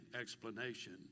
explanation